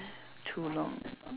too long